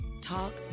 talk